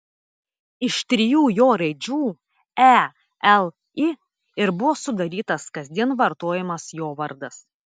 iš trijų jo raidžių e l i ir buvo sudarytas kasdien vartojamas jo vardas